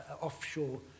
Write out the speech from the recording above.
offshore